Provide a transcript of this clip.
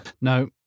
No